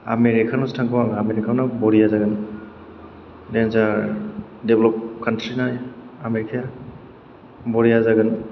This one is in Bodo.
आमेरिकानावसो थांगौ आं आमेरिकानाव बरिया जागोन देनजार देभलाफ कानत्रि ना आमेरिकाया बरिया जागोन